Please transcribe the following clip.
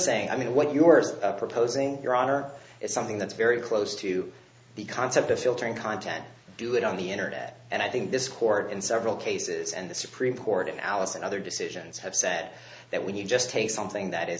saying i mean what you are proposing your honor is something that's very close to the concept of filtering content do it on the internet and i think this court in several cases and the supreme court in alice and other decisions have said that when you just take something that i